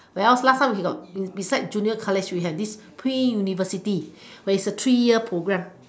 well last time we got beside junior college we had this pre university where is a three years programme